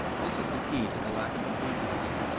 this is the key to the lack of enthusiasm,